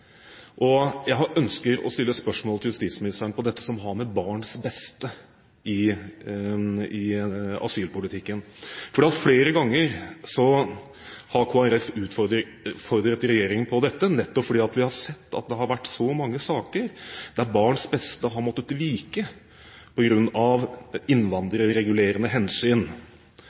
asylpolitikken. Jeg ønsker å stille spørsmål til justisministeren om dette som har med barns beste i asylpolitikken å gjøre. Flere ganger har Kristelig Folkeparti utfordret regjeringen på dette, nettopp fordi vi har sett at det har vært så mange saker der barns beste har måttet vike av innvandrerregulerende hensyn.